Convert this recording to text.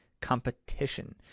competition